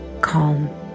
calm